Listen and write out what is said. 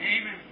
Amen